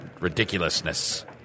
ridiculousness